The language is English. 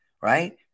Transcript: right